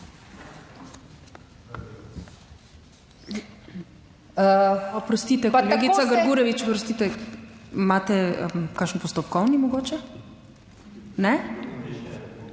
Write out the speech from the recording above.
Oprostite, kolegica Grgurevič, oprostite. Imate kakšen postopkovni mogoče? Ne.